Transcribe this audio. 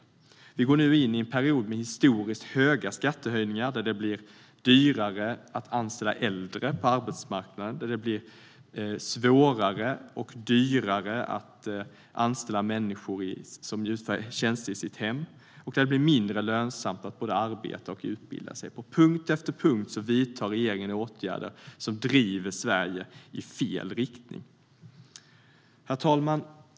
Vi går nu in i en period med historiskt höga skattehöjningar, då det blir dyrare att anställa äldre på arbetsmarknaden, svårare och dyrare att anställa människor som utför tjänster i ens hem och mindre lönsamt att arbeta och utbilda sig. På punkt efter punkt vidtar regeringen åtgärder som driver Sverige i fel riktning. Herr talman!